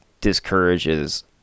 discourages